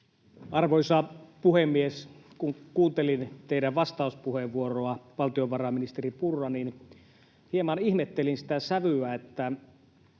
Arvoisa puhemies! Kun kuuntelin teidän vastauspuheenvuoroanne, valtiovarainministeri Purra, niin hieman ihmettelin sitä sävyä, että